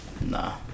Nah